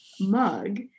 mug